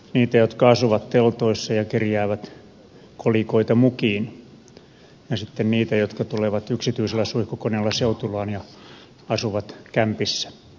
niitä jotka asuvat teltoissa ja kerjäävät kolikoita mukiin ja sitten niitä jotka tulevat yksityisellä suihkukoneella seutulaan ja asuvat kämpissä